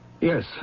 Yes